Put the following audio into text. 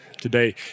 today